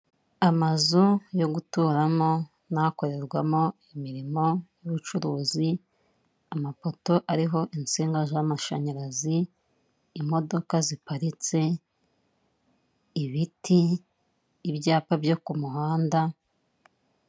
Amazu yo guturaramo n'akorerwamo imirimo y'ubucuruzi, amapoto ariho insinga z'amashanyarazi, imodoka ziparitse, ibiti, ibyapa byo ku muhanda.